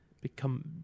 become